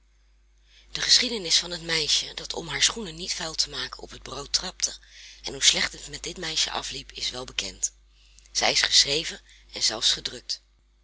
de geschiedenis van het meisje dat om haar schoenen niet vuil te maken op het brood trapte en hoe slecht het met dit meisje afliep is welbekend zij is geschreven en zelfs gedrukt